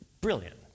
Brilliant